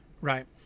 right